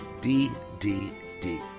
ddd